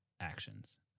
actions